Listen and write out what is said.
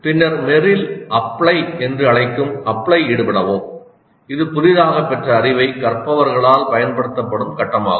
பின்னர் Merrill 'apply ' என்று அழைக்கும் "அப்ளை ஈடுபடவும்" இது புதிதாகப் பெற்ற அறிவை கற்பவர்களால் பயன்படுத்தப்படும் கட்டமாகும்